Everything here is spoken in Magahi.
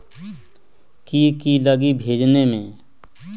की की लगी भेजने में?